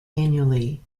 annually